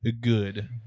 good